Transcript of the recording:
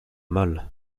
mal